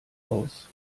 aus